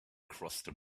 crossing